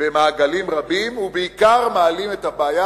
במעגלים רבים ובעיקר מעלים את הבעיה